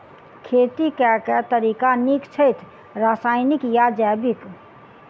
खेती केँ के तरीका नीक छथि, रासायनिक या जैविक?